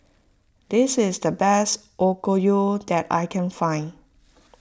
this is the best Okayu that I can find